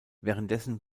währenddessen